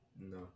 No